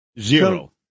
Zero